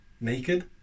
Naked